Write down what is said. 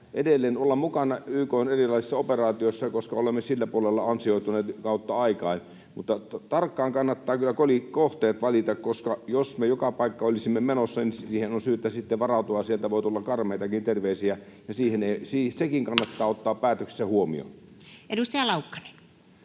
edelleen olla mukana YK:n erilaisissa operaatioissa, koska olemme sillä puolella ansioituneet kautta aikain. Mutta tarkkaan kannattaa kyllä kohteet valita, koska jos me joka paikkaan olemme menossa, niin siihen on syytä sitten varautua, että sieltä voi tulla karmeitakin terveisiä. Sekin kannattaa ottaa päätöksissä huomioon. Edustaja Laukkanen.